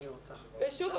ושוב,